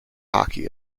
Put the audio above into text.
hockey